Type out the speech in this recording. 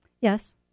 Yes